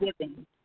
giving